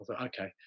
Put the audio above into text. okay